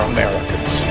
Americans